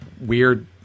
weird